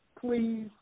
please